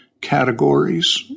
categories